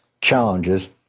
challenges